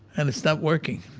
and it's not working.